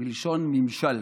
מלשון ממשל,